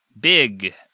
big